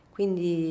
Quindi